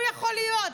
איפה הוא יכול להיות?